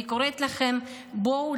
אני קוראת לכם: בואו